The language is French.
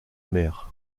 mer